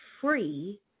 free